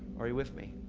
are you with me?